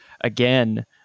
again